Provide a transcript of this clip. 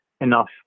Enough